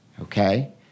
okay